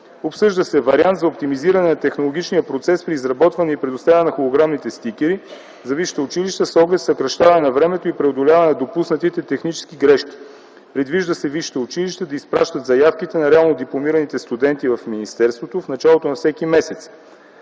Обсъжда се вариант за оптимизиране на технологичния процес при изработване и предоставяне на холограмните стикери за висшите училища с оглед съкращаване на времето и преодоляване на допуснатите технически грешки. Предвижда се висшите училища да изпращат заявките на реално дипломираните студенти в министерството в началото на всеки месец.